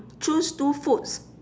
choose two foods